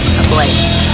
ablaze